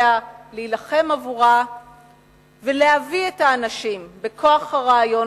להילחם עבורה ולהביא את האנשים בכוח הרעיון והחזון.